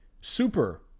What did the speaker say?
super